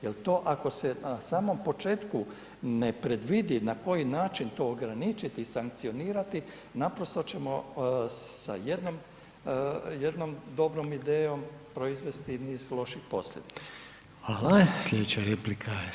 Jel to ako se na samom početku ne predvidi na koji način to ograničiti i sankcionirati, naprosto ćemo sa jednom dobrom idejom proizvesti niz loših posljedica.